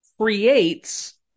creates